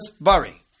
Bari